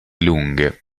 lunghe